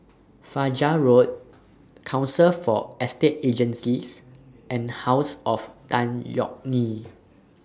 Fajar Road Council For Estate Agencies and House of Tan Yeok Nee